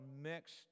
mixed